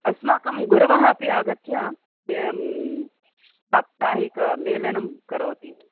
अस्माकं गुरवः अपि आगत्य साप्ताहिकमेलनं करोति